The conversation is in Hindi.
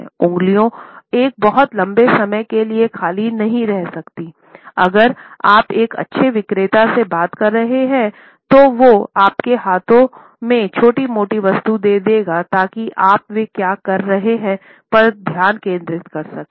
उंगलियों एक बहुत लंबे समय के लिए खाली नहीं रह सकती अगर आप एक अच्छे विक्रेता से बात कर रहे हैं तो वो आपके हाथों में छोटी मोटी वस्तु दे देगा ताकि आप वे क्या कह रहे हैं पर अपना ध्यान केंद्रित कर सके